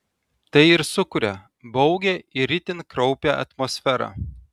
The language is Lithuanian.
tai ir sukuria baugią ir itin kraupią atmosferą